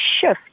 shift